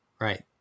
right